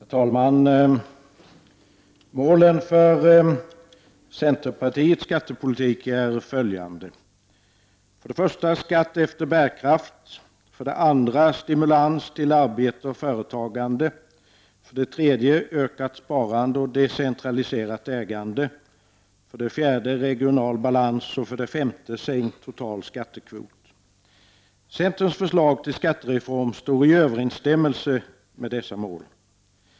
Herr talman! Målen för centerpartiets skattepolitik är följande: För det första skatt efter bärkraft. För det andra att stimulera arbete och företagande. För det tredje ökat sparande och decentraliserat ägande. För det fjärde regional balans. För det femte sänkt total skattekvot. Centerns förslag till skattereform står i överensstämmelse med dessa mål.